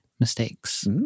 mistakes